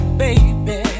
baby